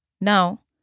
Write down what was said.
Now